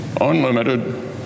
unlimited